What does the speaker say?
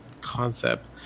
concept